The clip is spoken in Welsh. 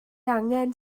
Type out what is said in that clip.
angen